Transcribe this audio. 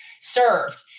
served